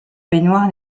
baignoire